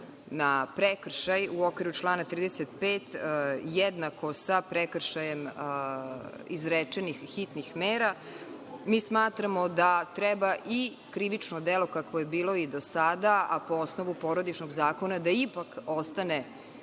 na prekršaj u okviru člana 35. jednako sa prekršajem izrečenih hitnih mera. Smatramo da treba i krivično delo kakvo je bilo i do sada, a po osnovu porodičnog zakona da ipak ostane